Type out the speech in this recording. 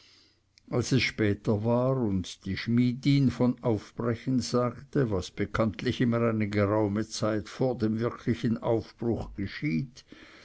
als es später war und die schmiedin von aufbrechen sagte was bekanntlich immer eine geraume zeit vor dem wirklichen aufbruch geschieht